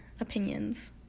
opinions